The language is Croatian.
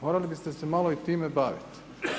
Morali biste se malo i time baviti.